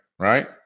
Right